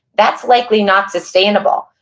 that's likely not sustainable.